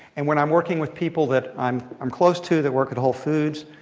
and when i'm working with people that i'm i'm close to, that work at whole foods,